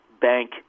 bank